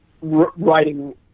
writing